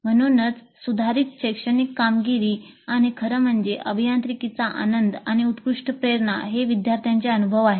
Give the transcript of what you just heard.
म्हणूनच सुधारित शैक्षणिक कामगिरी आणि खरं म्हणजे अभियांत्रिकीचा आनंद आणि उत्कृष्ट प्रेरणा हे विद्यार्थ्यांचे अनुभव आहेत